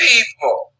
People